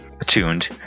attuned